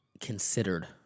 considered